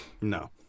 No